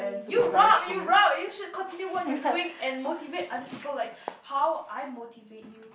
you rock you rock you should continue what you are doing and motivate other people like how I motivate you